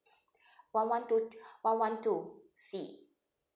one one two one one two C